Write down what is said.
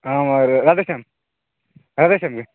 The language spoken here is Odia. ହଁ ଆମର ରାଧେ ଶ୍ୟାମ୍